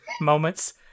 moments